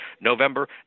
November